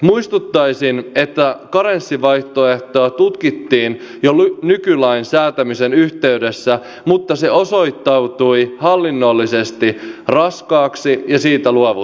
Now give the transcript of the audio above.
muistuttaisin että karenssivaihtoehtoa tutkittiin jo nykylain säätämisen yhteydessä mutta se osoittautui hallinnollisesti raskaaksi ja siitä luovuttiin